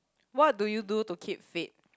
what do you do to keep fit